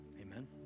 Amen